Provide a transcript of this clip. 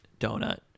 donut